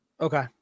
Okay